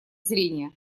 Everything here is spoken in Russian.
зрения